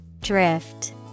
Drift